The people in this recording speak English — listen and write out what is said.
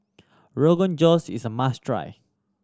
Rogan Josh is a must try